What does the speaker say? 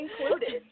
included